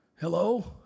Hello